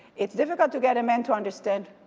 it's difficult to get a man to understand.